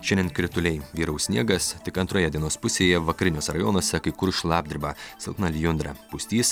šiandien krituliai vyraus sniegas tik antroje dienos pusėje vakariniuose rajonuose kai kur šlapdriba silpna lijundra pustys